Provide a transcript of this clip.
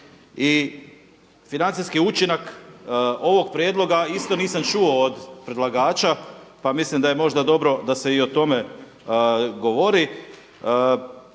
financijski učinak ovog prijedloga isto nisam čuo od predlagača, pa mislim da je možda dobro da se i o tome govori.